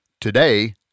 Today